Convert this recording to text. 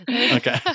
Okay